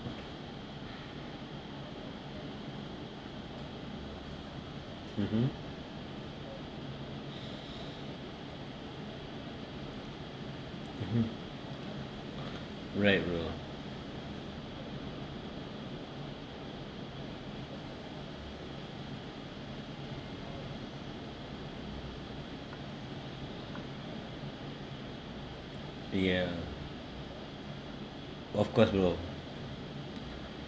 mmhmm mmhmm right bro ya of course bro